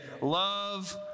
love